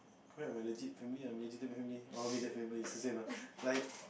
correct my legit family ah my legitimate family or immediate family is the same ah like